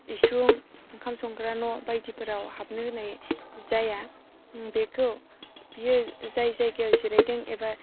इसिं ओंखाम संग्रा न' बायदिफोराव हाबनो होनाय जाया बेखौ बियो जाय जायगायाव जिरायदों एबा